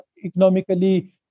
economically